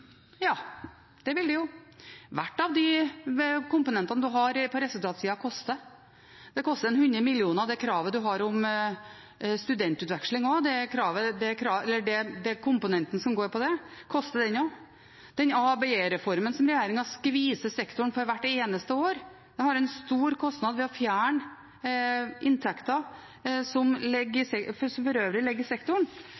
Ja, det vil det jo. Hver av de komponentene en har på resultatsiden koster. Den komponenten som går på studentutveksling, koster 100 mill. kr, så den koster den også. ABE-reformen, som regjeringen skviser sektoren for hvert eneste år, har også en stor kostnad ved å fjerne inntekter som